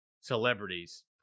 celebrities